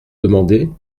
demandé